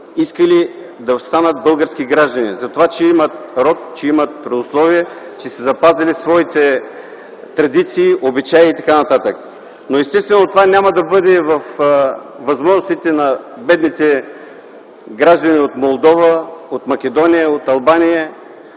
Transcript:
искали да станат български граждани, затова че имат род, че имат родословие, че са запазили своите традиции, обичаи и т.н. Естествено това няма да бъде във възможностите на бедните граждани от Молдова, Македония, Албания,